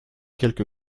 quelque